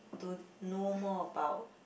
to know more about